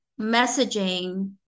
messaging